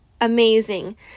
amazing